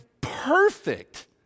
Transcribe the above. perfect